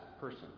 person